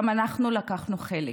גם אנחנו לקחנו חלק.